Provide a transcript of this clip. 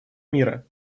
мира